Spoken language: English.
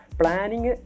planning